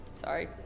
Sorry